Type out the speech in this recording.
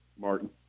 Martin